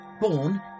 born